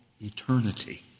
eternity